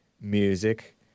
music